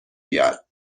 بیاد